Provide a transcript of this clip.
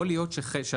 יכול להיות שהסכומים,